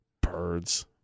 Birds